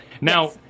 Now